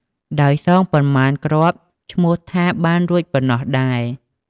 ដោយសងប៉ុន្មានគ្រាប់ឈ្មោះថាបានរួចប៉ុណ្ណោះដែរ។